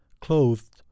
clothed